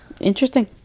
interesting